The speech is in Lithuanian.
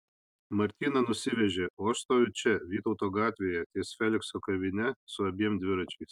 martyną nusivežė o aš stoviu čia vytauto gatvėje ties felikso kavine su abiem dviračiais